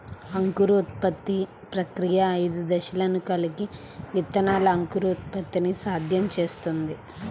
అంకురోత్పత్తి ప్రక్రియ ఐదు దశలను కలిగి విత్తనాల అంకురోత్పత్తిని సాధ్యం చేస్తుంది